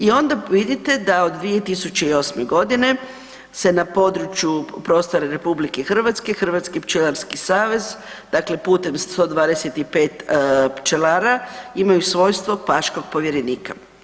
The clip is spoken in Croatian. I onda vidite da od 2008. g. se na području prostora RH Hrvatski pčelarski savez, dakle putem 125 pčelara imaju svojstvo paškog povjerenika.